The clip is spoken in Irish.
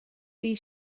bhí